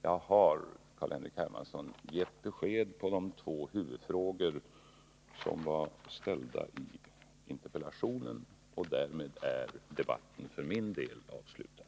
Jag har, Carl-Henrik Hermansson, lämnat svar på de två huvudfrågor som framställdes i interpellationen, och därmed är debatten för min del avslutad.